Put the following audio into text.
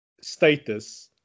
status